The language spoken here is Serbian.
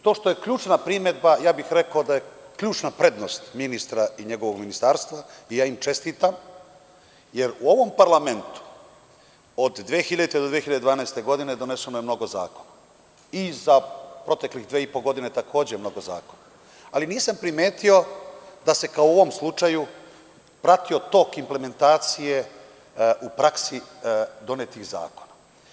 To što je ključna primedba rekao bih da je ključna prednost ministra i njegovog ministarstva i čestitam im, jer u ovom parlamentu od 2000. do 2012. godine donešeno je mnogo zakona, za proteklih dve i po godine takođe mnogo zakona, ali nisam primetio da se kao u ovom slučaju pratio tok implementacije u praksi donetih zakona.